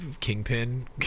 kingpin